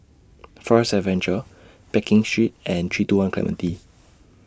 Forest Adventure Pekin Street and three two one Clementi